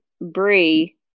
Bree